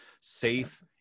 safe